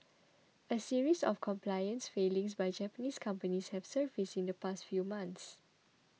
a series of compliance failings by Japanese companies have surfaced in the past few months